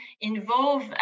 involve